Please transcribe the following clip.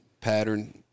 pattern